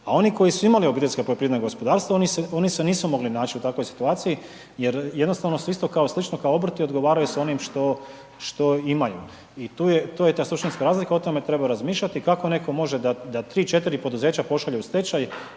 A oni koji su imali OPG oni se nisu mogli naći u takvoj situaciji jer jednostavno su slično kao obrti odgovaraju s onim što imaju. I to je ta suštinska razlika, o tome treba razmišljati kako neko može da 3, 4 poduzeća pošalje u stečaj